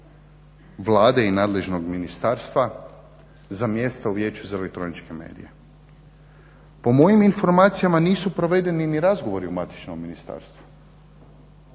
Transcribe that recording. Vlade i nadležnog ministarstva za mjesto u Vijeću za elektroničke medije. Po mojim informacijama nisu provedeni ni razgovori u matičnom ministarstvu